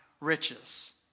riches